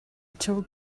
told